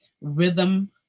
rhythm